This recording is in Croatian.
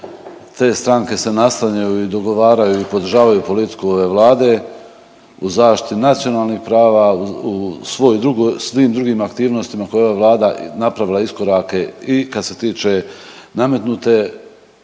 te stranke se naslanjaju i dogovaraju i podržavaju politiku ove vlade u zaštiti nacionalnih prava u svim drugim aktivnostima koje je ova vlada napravila iskorake i kad se tiče nametnute odluke